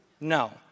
No